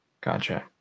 Gotcha